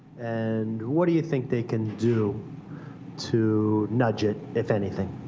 and what do you think they can do to nudge it, if anything?